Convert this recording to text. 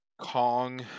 Kong